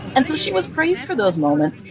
and so she was praised for those moments.